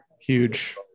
Huge